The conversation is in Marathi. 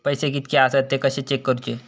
पैसे कीतके आसत ते कशे चेक करूचे?